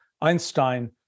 Einstein